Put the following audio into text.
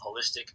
holistic